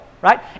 right